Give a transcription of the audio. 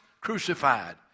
crucified